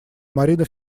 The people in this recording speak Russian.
марина